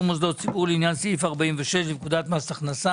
מוסדות ציבור לעניין סעיף 46 לפקודת מס הכנסה.